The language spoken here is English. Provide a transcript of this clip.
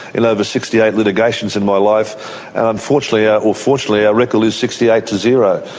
in over sixty eight litigations in my life and unfortunately, or or fortunately, our record is sixty eight to zero.